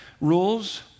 Rules